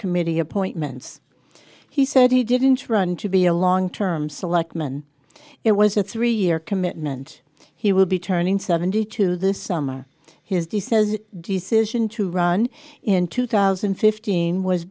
committee appointments he said he didn't run to be a long term selectman it was a three year commitment he will be turning seventy two this summer his the says decision to run in two thousand and fifteen was